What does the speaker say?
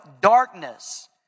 darkness